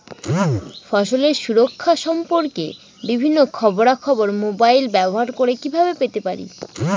ফসলের সুরক্ষা সম্পর্কে বিভিন্ন খবরা খবর মোবাইল ব্যবহার করে কিভাবে পেতে পারি?